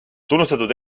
tunnustatud